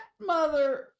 mother